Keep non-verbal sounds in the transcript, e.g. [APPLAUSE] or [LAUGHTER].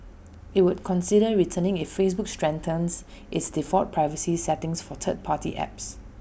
IT would consider returning if Facebook strengthens [NOISE] its default privacy settings for third party apps